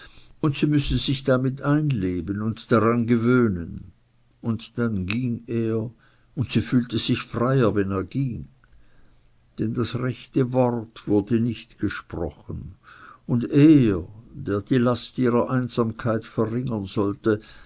und sie müsse sich damit einleben und daran gewöhnen und dann ging er und sie fühlte sich freier wenn er ging denn das rechte wort wurde nicht gesprochen und er der die last ihrer einsamkeit verringern sollte